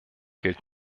gilt